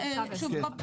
שוב,